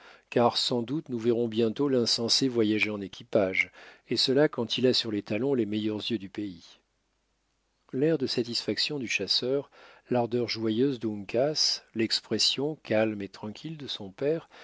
car sans doute nous verrons bientôt l'insensé voyager en équipage et cela quand il a sur les talons les meilleurs yeux du pays l'air de satisfaction du chasseur l'ardeur joyeuse d'uncas l'expression calme et tranquille de son père